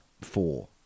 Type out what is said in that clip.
four